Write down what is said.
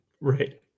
right